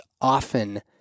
often